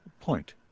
point